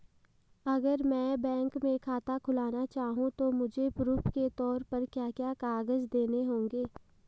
अगर मैं बैंक में खाता खुलाना चाहूं तो मुझे प्रूफ़ के तौर पर क्या क्या कागज़ देने होंगे?